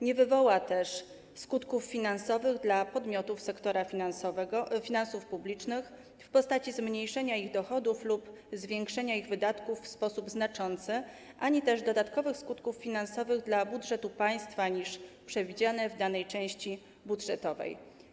Nie wywoła też skutków finansowych dla podmiotów sektora finansów publicznych w postaci zmniejszenia ich dochodów lub zwiększenia ich wydatków w sposób znaczący ani też dodatkowych skutków finansowych dla budżetu państwa niż przewidziane w danej części budżetowej.